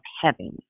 heaven